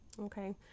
Okay